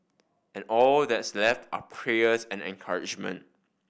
and all that's left are prayers and encouragement